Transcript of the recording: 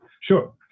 Sure